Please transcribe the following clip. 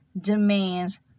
demands